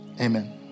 Amen